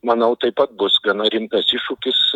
manau taip pat bus gana rimtas iššūkis